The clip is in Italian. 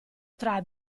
tra